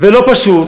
ולא פשוט.